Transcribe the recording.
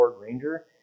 Ranger